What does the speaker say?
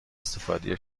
استفاده